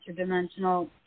interdimensional